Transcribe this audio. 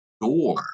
door